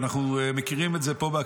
אנחנו מכירים את זה פה,